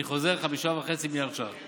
אני חוזר: 5.5 מיליארד ש"ח.